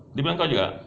dia bilang kau juga